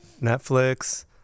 Netflix